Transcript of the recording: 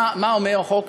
מה אומר החוק?